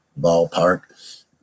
ballpark